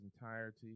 entirety